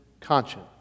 conscience